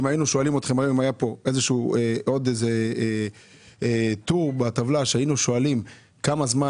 אם היה פה עוד איזה טור בטבלה שהיינו שואלים כמה זמן